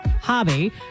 hobby